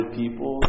people